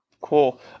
Cool